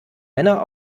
männer